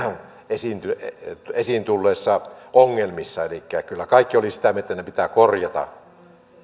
esiin tulleissa ongelmissa kyllä kaikki olivat sitä mieltä että ne pitää korjata